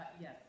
Yes